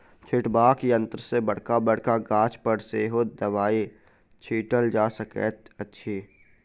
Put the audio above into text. छिटबाक यंत्र सॅ बड़का बड़का गाछ पर सेहो दबाई छिटल जा सकैत अछि